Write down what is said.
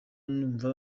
numva